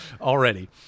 already